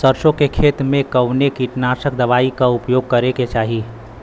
सरसों के खेत में कवने कीटनाशक दवाई क उपयोग करे के चाही?